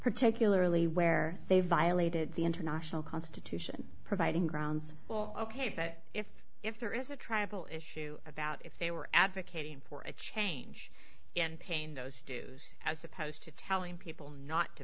particularly where they violated the international constitution providing grounds well ok but if if there is a tribal issue about if they were advocating for a change in pain those dues as opposed to telling people not to